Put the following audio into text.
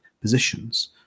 positions